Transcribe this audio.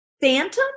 Phantom